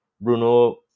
bruno